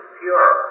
pure